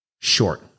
short